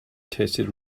tasted